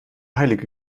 heilige